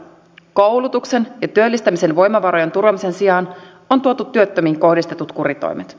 koulutuksen ja työllistämisen voimavarojen turvaamisen sijaan on tuotu työttömiin kohdistetut kuritoimet